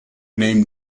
name